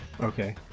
Okay